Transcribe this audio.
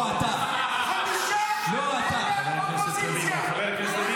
חמישה חברי אופוזיציה --- לא, אתה.